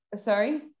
Sorry